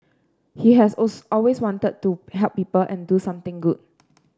he has also always wanted to help people and do something good